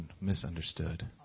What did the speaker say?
misunderstood